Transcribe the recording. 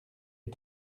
est